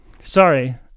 Sorry